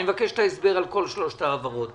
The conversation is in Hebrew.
אני מבקש את ההסבר על כל שלוש ההעברות.